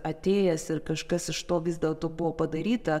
atėjęs ir kažkas iš to vis dėlto buvo padaryta